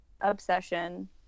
obsession